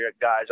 guys